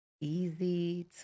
easy